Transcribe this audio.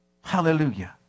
hallelujah